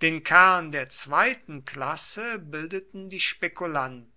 den kern der zweiten klasse bildeten die spekulanten